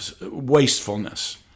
wastefulness